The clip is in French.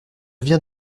viens